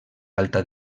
alta